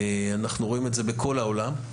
אנחנו רואים את זה בכל העולם.